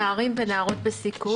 נערים ונערות בסיכון.